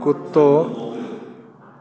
कुतो